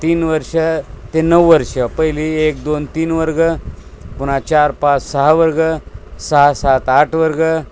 तीन वर्ष ते नऊ वर्ष पहिली एक दोन तीन वर्ग पुन्हा चार पाच सहा वर्ग सहा सात आठ वर्ग